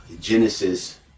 Genesis